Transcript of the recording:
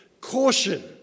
Caution